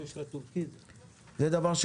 הדבר השני